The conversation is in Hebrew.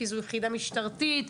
כי זו יחידה משטרתית,